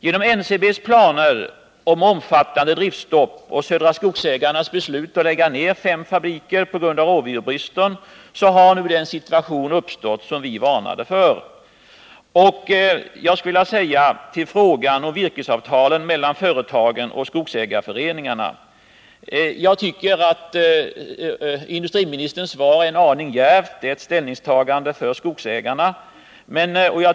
Genom NCB:s planer om omfattande driftstopp och Södra Skogsägarnas AB:s beslut att lägga ned fem fabriker på grund av bristen på råvara har den situation uppstått som vi varnade för. Beträffande frågan om virkesavtalen mellan företagen och skogsägarföreningarna skulle jag vilja säga att jag tycker att industriministerns svar är en aning djärvt. Här rör det sig om ett ställningstagande för skogsägarna.